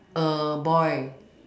a boy